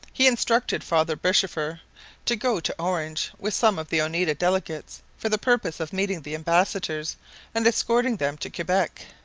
he instructed father beschefer to go to orange with some of the oneida delegates for the purpose of meeting the ambassadors and escorting them to quebec.